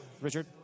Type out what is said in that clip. richard